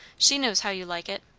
she knows how you like it.